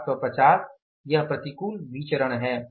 3750 यह प्रतिकूल विचरण है